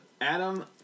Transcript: Adam